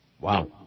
Wow